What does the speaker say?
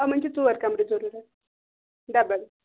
یِمَن چھِ ژور کَمرٕ ضروٗرَت ڈَبَل